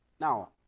Now